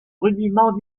rudiments